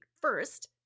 first